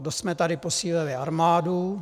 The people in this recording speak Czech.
Dost jsme tady posílili armádu.